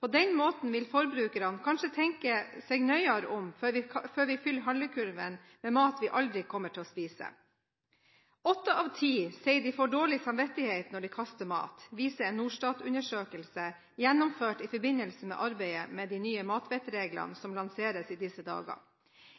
På den måten vil forbrukerne kanskje tenke seg nøyere om før de fyller handlekurven med mat de aldri kommer til å spise. Åtte av ti sier at de får dårlig samvittighet når de kaster mat, viser en Norstat-undersøkelse gjennomført i forbindelse med arbeidet med de nye matvettreglene som lanseres i disse dager.